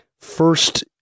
first